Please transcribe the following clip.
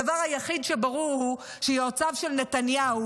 הדבר היחיד שברור הוא שיועציו של נתניהו